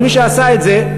אבל מי שעשה את זה,